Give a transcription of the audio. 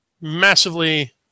massively